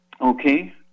Okay